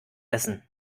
essen